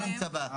בפרנסתם.